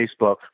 Facebook